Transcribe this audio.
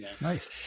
Nice